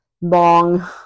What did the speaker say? long